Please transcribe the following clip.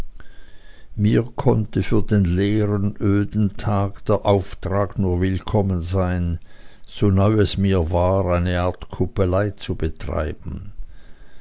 mir konnte für den leeren öden tag der auftrag nur willkommen sein so neu es mir war eine art kuppelei zu betreiben